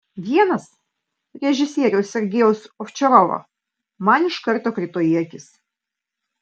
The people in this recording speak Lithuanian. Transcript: vienas režisieriaus sergejaus ovčarovo man iš karto krito į akis